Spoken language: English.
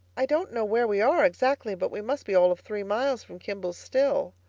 i don't know where we are exactly, but we must be all of three miles from kimballs' still.